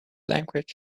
language